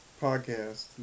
podcast